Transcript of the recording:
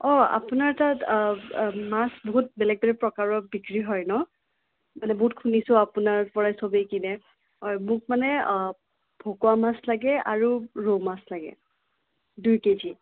অঁ আপোনাৰ তাত মাছ বহুত বেলেগ বেলেগ প্ৰকাৰৰ বিক্ৰী হয় ন মানে বহুত শুনিছো আপোনাৰপৰাই চবেই কিনে মোক মানে ভকুৱা মাছ লাগে আৰু ৰৌমাছ লাগে দুই কেজি